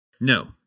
No